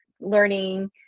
learning